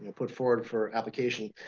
put forward for applications.